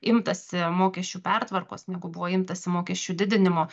imtasi mokesčių pertvarkos negu buvo imtasi mokesčių didinimo